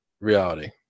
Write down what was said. reality